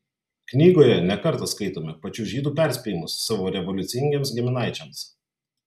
knygoje ne kartą skaitome pačių žydų perspėjimus savo revoliucingiems giminaičiams